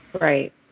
Right